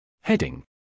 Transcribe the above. Heading